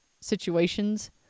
situations